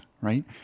right